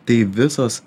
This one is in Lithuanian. tai visos